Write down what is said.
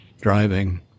driving